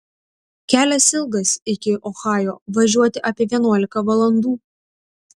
kelias ilgas iki ohajo važiuoti apie vienuolika valandų